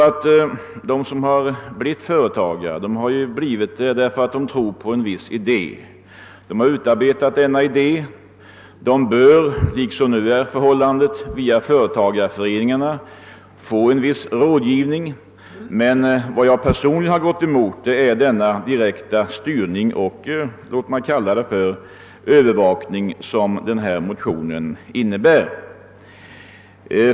Han har blivit vad han är därför att han trott på en idé, som han sedan har utarbetat, och han bör på samma sätt som nu kunna få viss rådgivning via företagareföreningarna. Vad jag personligen har gått emot är den direkta styrning och låt mig också säga övervakning, som yrkandet i herr Nilssons i Tvärålund motion innebär.